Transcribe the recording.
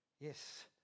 Yes